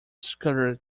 scudder